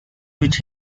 which